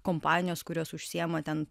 kompanijos kurios užsiima ten